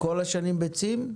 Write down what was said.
כל השנים בצים?